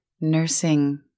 nursing